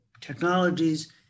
technologies